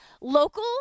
local